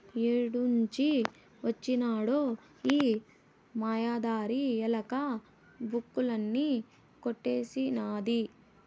ఏడ్నుంచి వొచ్చినదో ఈ మాయదారి ఎలక, బుక్కులన్నీ కొట్టేసినాది